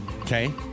Okay